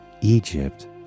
Egypt